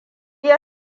ya